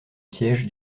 siège